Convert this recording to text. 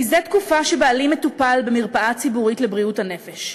זה תקופה שבעלי מטופל במרפאה הציבורית לבריאות הנפש.